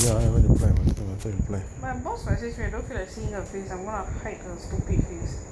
my boss message me I don't feel a seeing a face and lah hide a stupid face